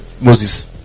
Moses